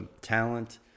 talent